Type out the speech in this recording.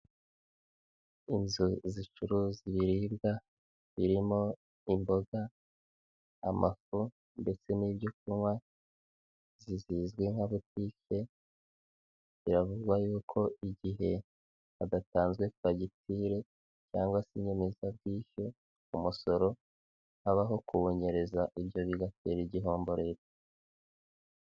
Inzu zicuruza ibiribwa birimo imboga, amashu ndetse n'ibyo kunywa izi zizwi nka butike, biravugwa yuko igihe hadatanzwe fagitire cyangwa se inyemezabwishyu, umusoro habaho kuwunyereza ibyo bigatera igihombo Leta.